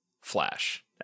Flash